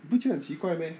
不觉得很奇怪 meh